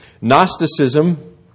Gnosticism